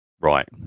Right